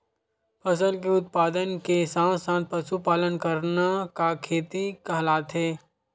फसल के उत्पादन के साथ साथ पशुपालन करना का खेती कहलाथे?